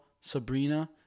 Sabrina